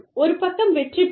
ஒரு பக்கம் வெற்றி பெற்று